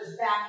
back